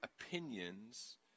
opinions